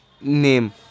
name